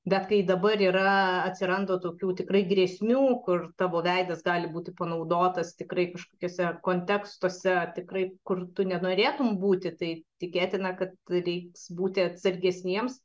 bet kai dabar yra atsiranda tokių tikrai grėsmių kur tavo veidas gali būti panaudotas tikrai kažkokiuose kontekstuose tikrai kur tu nenorėtum būti tai tikėtina kad reiks būti atsargesniems